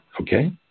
okay